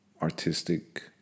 artistic